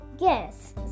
Yes